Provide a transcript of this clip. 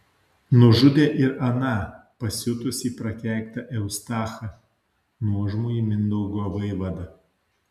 nužudė ir aną pasiutusį prakeiktą eustachą nuožmųjį mindaugo vaivadą